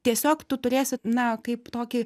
tiesiog tu turėsi na kaip tokį